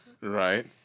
right